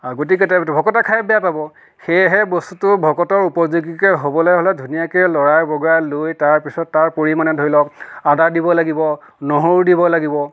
গতিকে তাৰ ভকতে খাই বেয়া পাব সেয়েহে বস্তুটো ভকতৰ উপযোগীকৈ হ'বলৈ হ'লে ধুনীয়াকৈ লৰাই বগৰাই লৈ তাৰ পিছত তাৰ পৰিমাণে ধৰি লওক আদা দিব লাগিব নহৰু দিব লাগিব